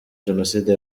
jenoside